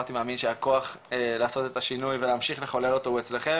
שאמרתי מאמין שהכוח לעשות את השינוי ולהמשיך לחולל אותו הוא אצלכם,